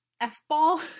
f-ball